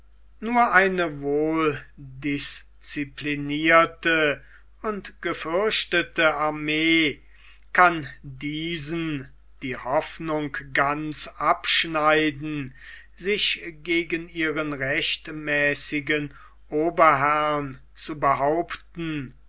nur eine wohldisciplinierte und gefürchtete armee kann diesen die hoffnung ganz abschneiden sich gegen ihren rechtmäßigen oberherrn zu behaupten